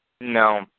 No